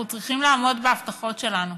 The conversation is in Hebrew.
אנחנו צריכים לעמוד בהבטחות שלנו,